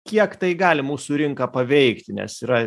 kiek tai gali mūsų rinką paveikti nes yra